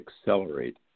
accelerate